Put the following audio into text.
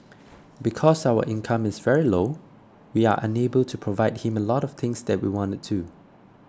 because our income is very low we are unable to provide him a lot of things that we wanna to